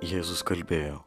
jėzus kalbėjo